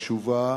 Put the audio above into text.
קשובה